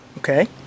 Okay